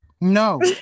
no